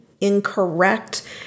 incorrect